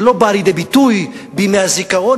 שלא באה לידי ביטוי בימי הזיכרון,